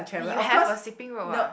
you have a skipping rope ah